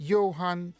Johan